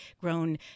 grown